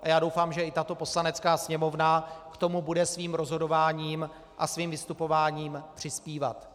A já doufám, že i tato Poslanecká sněmovna k tomu bude svým rozhodováním a svým vystupováním přispívat.